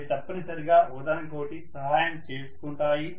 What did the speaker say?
అవి తప్పనిసరిగా ఒకదానికొకటి సహాయం చేసుకుంటున్నాయి